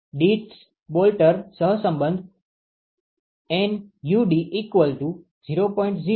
Dittus Boelter સહસંબંધ NuD ૦